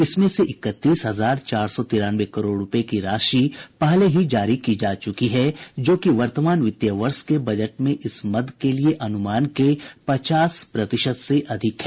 इसमें से इकतीस हजार चार सौ तिरानवे करोड़ रुपये की राशि पहले ही जारी की जा चुकी है जो कि वर्तमान वित्त वर्ष के बजट में इस मद के लिए अनुमान के पचास प्रतिशत से अधिक है